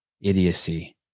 idiocy